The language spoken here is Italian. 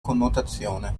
connotazione